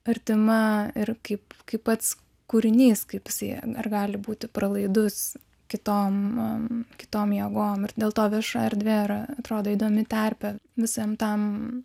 artima ir kaip kaip pats kūrinys kaip su ja dar gali būti pralaidus kitom kitom jėgom ir dėl to vieša erdvė ir atrodo įdomi terpė visam tam